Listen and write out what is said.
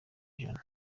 ijana